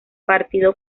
partido